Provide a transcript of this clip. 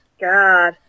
god